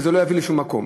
וזה לא יביא לשום מקום.